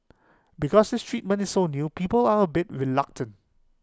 because this treatment is so new people are A bit reluctant